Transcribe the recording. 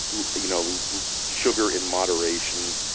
you know sugar in moderation,